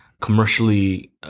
commercially